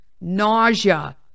Nausea